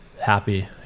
Happy